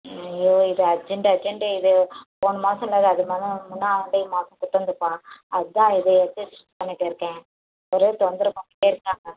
ஐயயோ இது urgent urgent இது போன மாதம் இல்லாத அதுக்கு மேலே முன்னே அதே மாதம் கொடுத்துருந்ததுப்பா அதுதான் இது இது ஸ்டிச் பண்ணிட்டு இருக்கேன் ஒரே தொந்தரவு பண்ணிகிட்டே இருக்காங்கள்